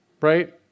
right